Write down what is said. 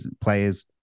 players